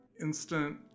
instant